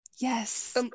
Yes